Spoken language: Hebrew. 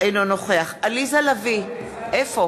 נגד עליזה לביא, אינה